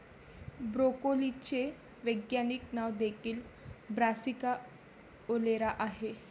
ब्रोकोलीचे वैज्ञानिक नाव देखील ब्रासिका ओलेरा आहे